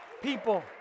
people